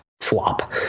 flop